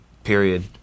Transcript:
period